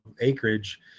acreage